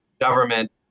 government